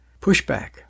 pushback